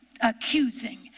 accusing